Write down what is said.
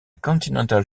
continental